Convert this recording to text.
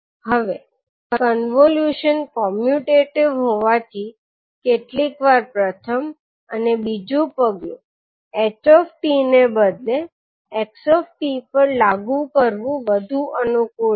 હવે convolution commutative હોવાથી કેટલીક વાર પ્રથમ અને બીજું પગલું h𝑡 ને બદલે 𝑥𝑡 પર લાગુ કરવું વધુ અનુકૂળ છે